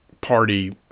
Party